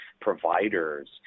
providers